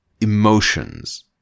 emotions